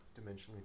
dimensionally